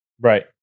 Right